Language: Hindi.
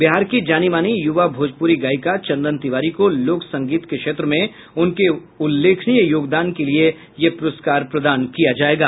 बिहर की जानीमानी युवा भोजपुरी गायिका चंदन तिवारी को लोक संगीत के क्षेत्र में उनके उल्लेखनीय योगदान के लिए यह पुरस्कार प्रदान किया जायेगा